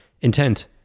Intent